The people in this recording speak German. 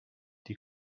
die